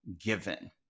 given